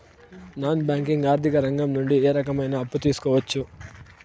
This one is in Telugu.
నాన్ బ్యాంకింగ్ ఆర్థిక రంగం నుండి ఏ రకమైన అప్పు తీసుకోవచ్చు?